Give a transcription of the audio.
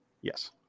Yes